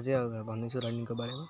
अझै भन्दैछु रनिङको बारेमा